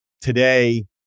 today